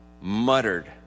muttered